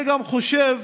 אני חושב